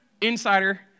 insider